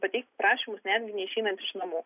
pateikt prašymus net neišeinant iš namų